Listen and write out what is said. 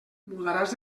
mudaràs